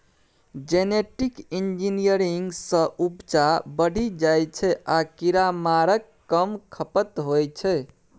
genetic engineering सँ उपजा बढ़ि जाइ छै आ कीरामारक कम खपत होइ छै